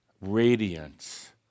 radiance